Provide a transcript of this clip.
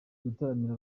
gutaramira